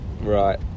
Right